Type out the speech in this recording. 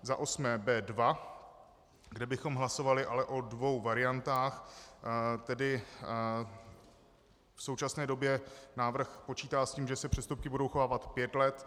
Za osmé B2, kde bychom hlasovali ale o dvou variantách, tedy v současné době návrh počítá s tím, že se přestupky budou uchovávat pět let.